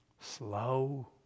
Slow